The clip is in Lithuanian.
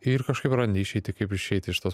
ir kažkaip randi išeitį kaip išeiti iš tos